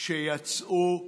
שיצאו לחופשה.